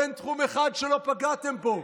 אין תחום אחד שלא פגעתם בו.